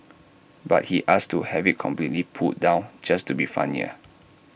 but he asked to have IT completely pulled down just to be funnier